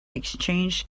exchanged